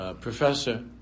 professor